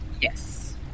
Yes